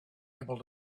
able